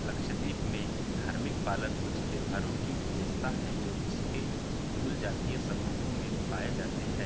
लक्षद्वीप में धार्मिक पालन कुछ त्यौहारों की विशेषता है जो इसके मूल जातीय समूहों में पाए जाते हैं